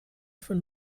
von